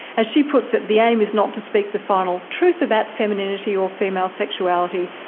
as she puts it, the aim is not to speak the final truth about femininity or female sexuality,